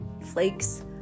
flakes